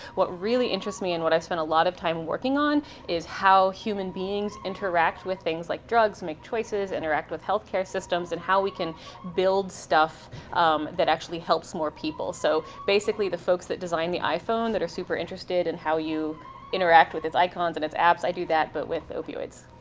what really interests me and what i've spent a lot of time working on is how human beings interact with things like drugs, make choices, interact with healthcare systems, and how we can build stuff um that actually helps more people. so basically, the folks that design the iphone that are super interested in how you interact with its icons and its apps, i do that but with opioids.